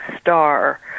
star